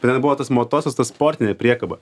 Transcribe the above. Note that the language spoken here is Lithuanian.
ten buvo tas motocas ta sportinė priekaba